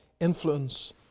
influence